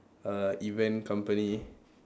err event company